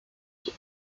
ich